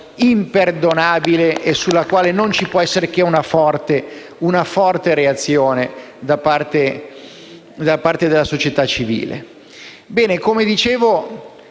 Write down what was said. imperdonabile e sulla quale non può che esserci una forte reazione da parte della società civile.